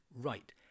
right